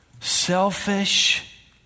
selfish